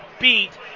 beat